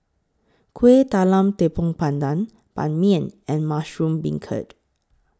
Kuih Talam Tepong Pandan Ban Mian and Mushroom Beancurd